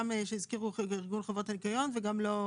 גם אלו שהזכיר ארגון חברות הניקיון וגם לא שלכם.